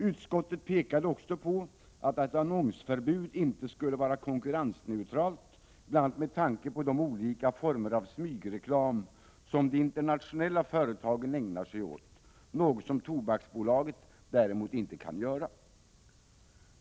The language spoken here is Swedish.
Utskottet pekade också på att ett annonsförbud inte skulle vara konkurrensneutralt, bl.a. med tanke på de olika former av smygreklam som de internationella företagen ägnar sig åt, något som Tobaksbolaget däremot inte kan göra.